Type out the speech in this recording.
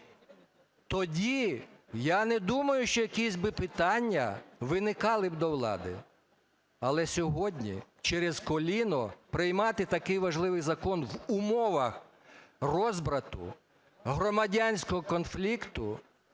тоді я не думаю, що якісь би питання виникали б до влади. Але сьогодні через коліно приймати такий важливий закон в умовах розбрату, громадянського конфлікту